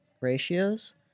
ratios